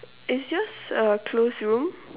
is yours a closed room